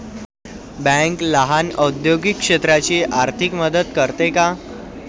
Bank लहान औद्योगिक क्षेत्राची आर्थिक मदत करते का?